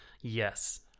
Yes